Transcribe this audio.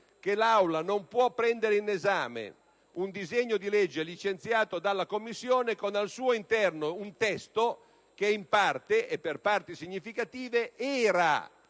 che l'Aula non può prendere in esame un disegno di legge licenziato dalla Commissione con al suo interno un testo che in parte, e per parti significative, era